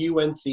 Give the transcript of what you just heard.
UNC